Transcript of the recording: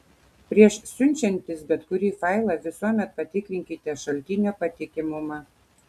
prieš siunčiantis bet kurį failą visuomet patikrinkite šaltinio patikimumą